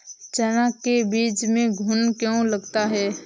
चना के बीज में घुन क्यो लगता है?